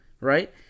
right